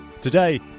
Today